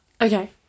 Okay